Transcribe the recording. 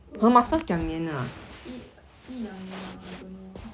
don't know ah 一一两年啊 don't know ah